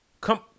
Come